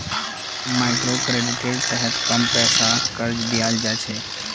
मइक्रोक्रेडिटेर तहत कम पैसार कर्ज दियाल जा छे